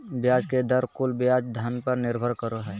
ब्याज दर कुल ब्याज धन पर निर्भर करो हइ